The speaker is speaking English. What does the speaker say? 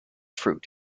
fruit